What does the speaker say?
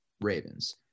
Ravens